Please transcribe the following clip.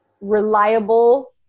reliable